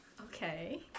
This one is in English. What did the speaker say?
Okay